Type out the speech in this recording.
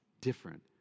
different